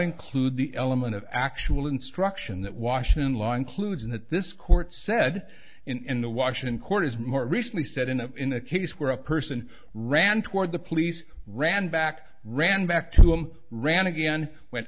include the element of actual instruction that washington line clues and that this court said in the washington court is more recently said in a in a case where a person ran toward the police ran back ran back to him ran again went